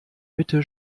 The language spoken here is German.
mitte